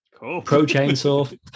Pro-Chainsaw